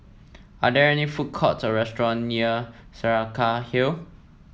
are there any food courts or restaurant near Saraca Hill